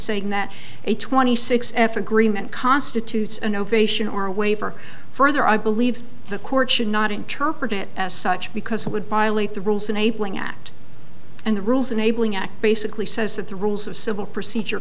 saying that a twenty six f agreement constitutes an ovation or a waiver further i believe the court should not interpret it as such because it would violate the rules enabling act and the rules enabling act basically says that the rules of civil procedure